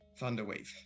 Thunderwave